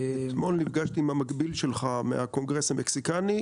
אתמול נפגשתי עם המקביל שלך מהקונגרס המקסיקני,